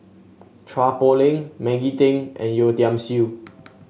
Chua Poh Leng Maggie Teng and Yeo Tiam Siew